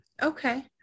Okay